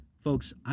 folks